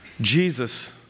Jesus